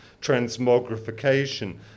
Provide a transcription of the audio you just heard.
transmogrification